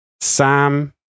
Sam